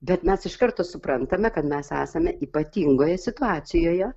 bet mes iš karto suprantame kad mes esame ypatingoje situacijoje